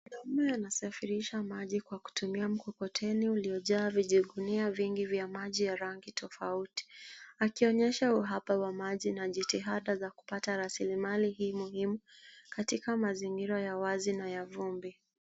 Mtu ambaye anasafirisha maji kwa kutumia mkokoteni uliojaa vijigunia vingi vya maji ya rangi tofauti, akionyesha uhaba wa maji na jitihada za kupata rasilimali hii muhimu katika mazingira ya wazi na ya vumbi.